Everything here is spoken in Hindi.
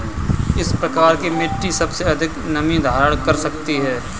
किस प्रकार की मिट्टी सबसे अधिक नमी धारण कर सकती है?